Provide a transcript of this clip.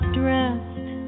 dressed